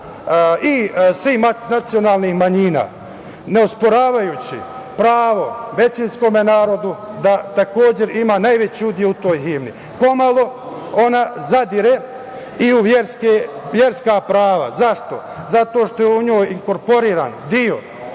i svih nacionalnih manjina, ne osporavajući pravo većinskom narodu da takođe ima najveći udeo u toj himni. Pomalo ona zadire i u verska prava. Zašto? Zato što je u njoj inkorporiran deo